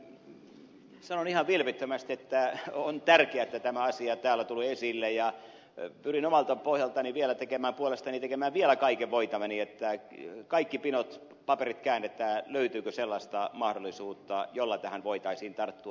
sanon ihan vilpittömästi että on tärkeätä että tämä asia täällä tuli esille ja pyrin omasta puolestani vielä tekemään kaiken voitavani että kaikki pinot paperit käännetään löytyykö sellaista mahdollisuutta jolla tähän voitaisiin tarttua